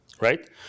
right